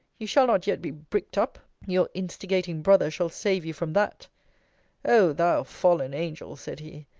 you shall not yet be bricked up. your instigating brother shall save you from that o thou fallen angel, said he,